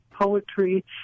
poetry